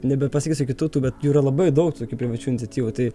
nebepasakysiu kitų tų bet jų yra labai daug tokių privačių iniciatyvų tai